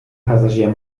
passagier